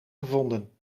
gevonden